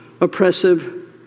oppressive